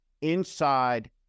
inside